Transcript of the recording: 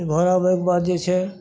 घर आबैके बाद जे छै